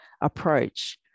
approach